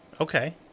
Okay